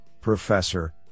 professor